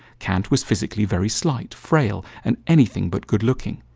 kant was physically very slight, frail, and anything but good looking,